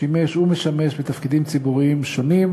שימש ומשמש בתפקידים ציבוריים שונים,